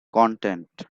content